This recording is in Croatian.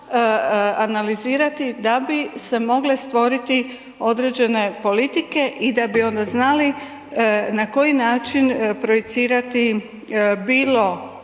analizirati da bi se mogle stvoriti određene politike i da bi onda znali na koji način projicirati bilo